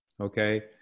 okay